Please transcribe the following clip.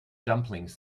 dumplings